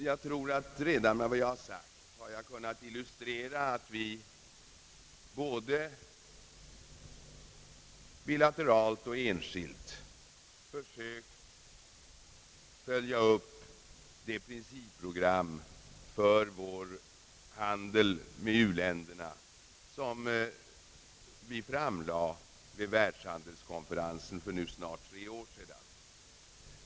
Jag tror att jag redan med vad jag har sagt har kunnat illustrera att vi både i samverkan med andra länder och enskilt har försökt följa upp det principprogram för vår handel med u-länderna som vi framlade vid världshandelskonferensen för nu snart tre år sedan.